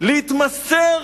להתמסר